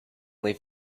leave